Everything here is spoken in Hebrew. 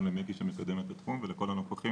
גם למיקי שמקדם את התחום ולכל הנוכחים,